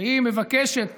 כשהיא מבקשת